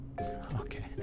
Okay